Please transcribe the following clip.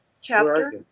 Chapter